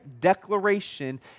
declaration